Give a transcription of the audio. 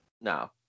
No